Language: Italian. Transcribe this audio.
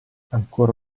ancora